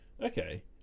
okay